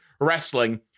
wrestling